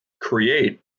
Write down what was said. create